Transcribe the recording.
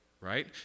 right